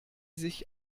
sich